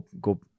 go